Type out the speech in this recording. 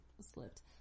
slipped